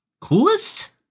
Coolest